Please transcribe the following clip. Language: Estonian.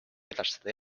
edastada